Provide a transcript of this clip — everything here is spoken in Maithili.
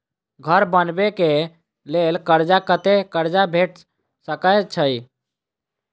घर बनबे कऽ लेल कर्जा कत्ते कर्जा भेट सकय छई?